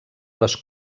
les